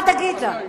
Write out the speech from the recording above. מה תגיד לה?